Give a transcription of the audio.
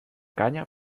canya